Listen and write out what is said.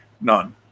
None